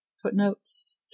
Footnotes